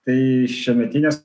tai šiemetinės